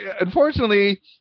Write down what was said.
unfortunately